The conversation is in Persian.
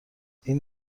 این